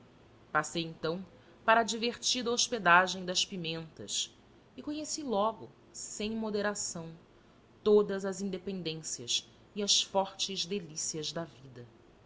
passei então para a divertida hospedagem das pimentas e conheci logo sem moderação todas as independências e as fortes delicias da vida